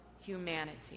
humanity